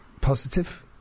positive